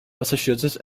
massachusetts